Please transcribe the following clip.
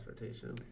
rotation